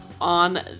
on